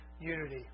unity